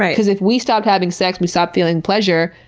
because if we stopped having sex, we stopped feeling pleasure,